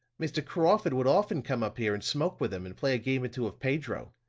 mr. crawford would often come up here and smoke with him and play a game or two of pedro.